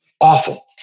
Awful